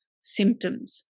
symptoms